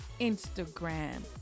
Instagram